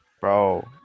bro